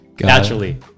naturally